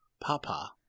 Papa